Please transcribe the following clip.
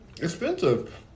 Expensive